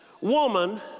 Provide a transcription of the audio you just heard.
woman